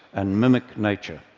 and mimic nature.